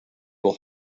will